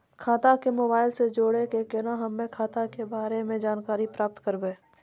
खाता के मोबाइल से जोड़ी के केना हम्मय खाता के बारे मे जानकारी प्राप्त करबे?